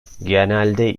genelde